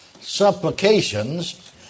supplications